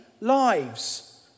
lives